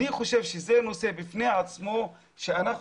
אני חושב שזה נושא בפני עצמו שאנחנו